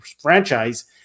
franchise